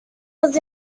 was